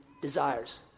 desires